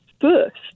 first